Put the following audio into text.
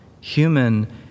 human